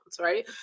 right